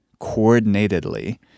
coordinatedly